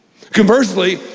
conversely